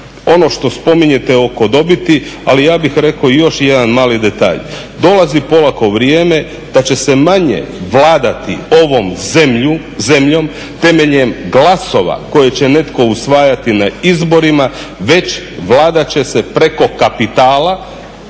ono što spominjete oko dobiti ali ja bih rekao još jedan mali detalj. Dolazi polako vrijeme da će se manje vladati ovom zemljom temeljem glasova koje će netko usvajati na izborima već Vlada će se preko kapitala